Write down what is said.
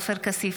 עופר כסיף,